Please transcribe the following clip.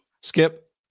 Skip